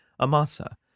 Amasa